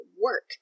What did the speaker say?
work